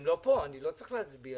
הם לא פה אז אני לא צריך להצביע.